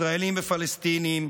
ישראלים ופלסטינים,